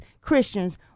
Christians